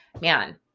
man